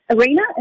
arena